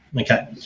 Okay